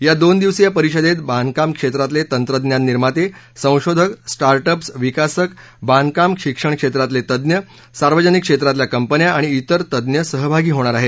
या दोन दिवसीय परिषदेत बांधकाम क्षेत्रातले तंत्रज्ञान निर्माते संशोधक स्टार्ट अप्स विकासक बांधकाम शिक्षण क्षेत्रातले तज्ञ सार्वजनिक क्षेत्रातल्या कंपन्या आणि इतर तज्ञ सहभागी होणार आहेत